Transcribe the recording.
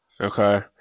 Okay